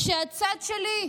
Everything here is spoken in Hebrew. שהצד שלי,